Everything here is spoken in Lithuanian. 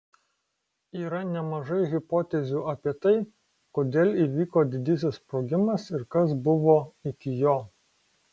yra nemažai hipotezių apie tai kodėl įvyko didysis sprogimas ir kas buvo iki jo